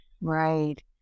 Right